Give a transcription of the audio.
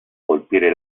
colpire